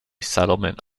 settlement